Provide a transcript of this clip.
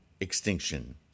extinction